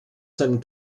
seinem